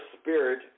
spirit